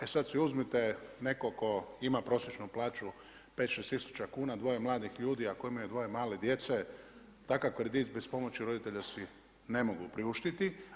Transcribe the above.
E sada si uzmite nekoga tko ima prosječnu plaću pet, šest tisuća kuna, dvoje mladih ljudi, ako imaju dvoje male djece takav kredit bez pomoći roditelja si ne mogu priuštiti.